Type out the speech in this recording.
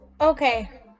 okay